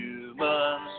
humans